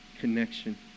connection